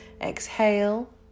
exhale